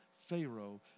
Pharaoh